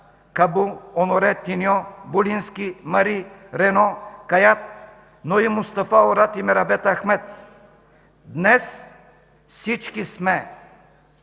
Кабу, Оноре, Тиню, Волински, Мари, Рено, Кайат, но и Мустафа Урад и Мерабет Ахмед. Днес всички сме